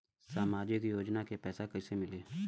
सामाजिक योजना के पैसा कइसे मिली?